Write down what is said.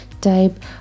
Type